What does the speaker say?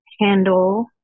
handle